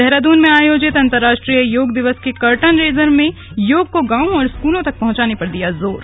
देहरादून में आयोजित अंतर्राष्ट्रीय योग दिवस के कर्टन रेजर में योग को गांवों और स्कूलों तक पहुंचाने पर दिया जोर